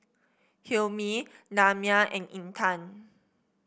Hilmi Damia and Intan